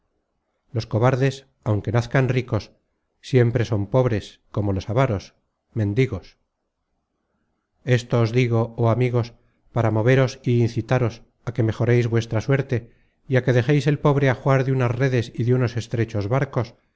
los cobardes aunque nazcan ricos siempre son pobres como los avaros mendigos esto os digo oh amigos mios para moveros y incitaros á que mejoreis vuestra suerte y á que dejeis el pobre ajuar de unas redes y de unos estrechos barcos